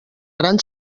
gran